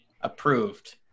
approved